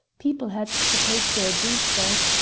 people had to take their boots off,